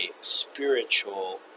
spiritual